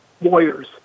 lawyers